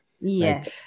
yes